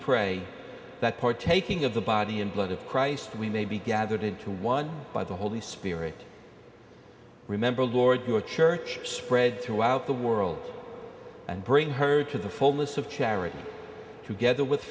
pray that partaking of the body and blood of christ we may be gathered into one by the holy spirit remember lord your church spread throughout the world and bring her to the fullness of charity together with